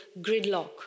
gridlock